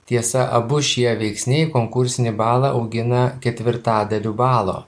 tiesa abu šie veiksniai konkursinį balą augina ketvirtadaliu balo